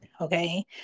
okay